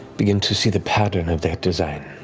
begin to see the pattern of their design.